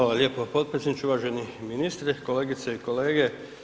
Hvala lijepo potpredsjedniče, uvaženi ministre, kolegice i kolege.